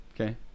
Okay